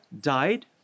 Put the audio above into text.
died